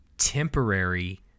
temporary